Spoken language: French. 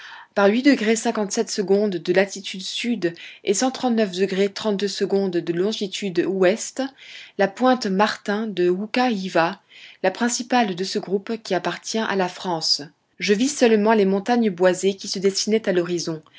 par de latitude sud et de longitude ouest la pointe martin de nouka hiva la principale de ce groupe qui appartient à la france je vis seulement les montagnes boisées qui se dessinaient à l'horizon